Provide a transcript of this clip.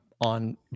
on